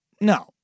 no